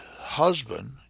husband